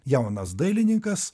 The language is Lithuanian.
jaunas dailininkas